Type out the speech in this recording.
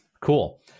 Cool